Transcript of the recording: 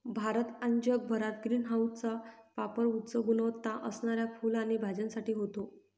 भारत आणि जगभरात ग्रीन हाऊसचा पापर उच्च गुणवत्ता असणाऱ्या फुलं आणि भाज्यांसाठी होतो